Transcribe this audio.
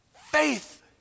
Faith